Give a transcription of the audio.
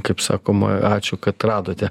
kaip sakoma ačiū kad radote